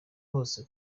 bose